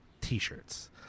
t-shirts